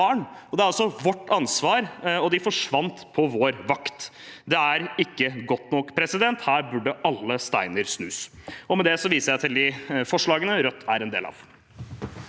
De er også vårt ansvar, og de forsvant på vår vakt. Det er ikke godt nok; her burde alle steiner snus. Med det viser jeg til det forslaget Rødt er med på.